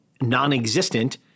non-existent